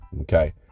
Okay